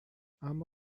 اما